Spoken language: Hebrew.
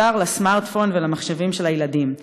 ישר לסמארטפון ולמחשבים של הילדים.